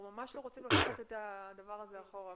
אנחנו ממש לא רוצים לקחת את הדבר הזה אחורה.